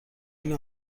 این